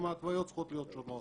אז גם ההתוויות צריכות להיות שונות.